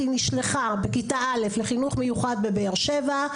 היא נשלחה בכיתה א' לחינוך מיוחד בבאר שבע.